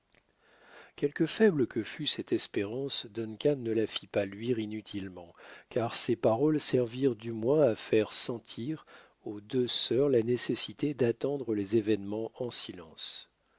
quelque faible que fût cette espérance duncan ne la fit pas luire inutilement car ses paroles servirent du moins à faire sentir aux deux sœurs la nécessité d'attendre les événements en silence